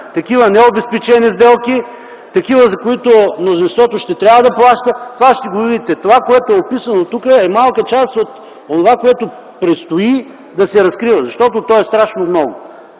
Такива необезпечени сделки, такива, за които мнозинството ще трябва да плаща. Това ще го видите. Това, което е описано тук, е малка част от онова, което предстои да се разкрива, защото то е страшно много.